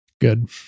Good